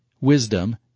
Wisdom